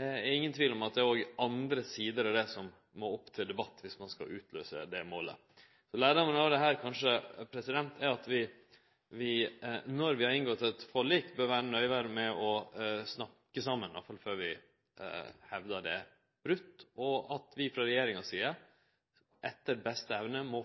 er ingen tvil om at det òg er andre sider av det som må opp til debatt viss ein skal løyse ut det målet. Lærdommen av dette er kanskje at når vi har inngått eit forlik, bør vi vere nøye med å snakke saman før vi hevdar at det er brote, og at vi frå regjeringa si side etter beste evne må